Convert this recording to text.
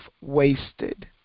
wasted